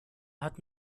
hat